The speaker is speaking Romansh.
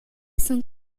sun